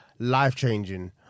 Life-changing